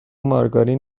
مارگارین